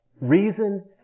reason